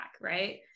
right